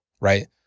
right